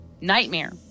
Nightmare